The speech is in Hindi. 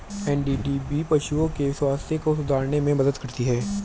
एन.डी.डी.बी पशुओं के स्वास्थ्य को सुधारने में मदद करती है